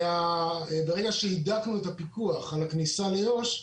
ברגע שהידקנו את הפיקוח על הכניסה ליו"ש,